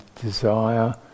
desire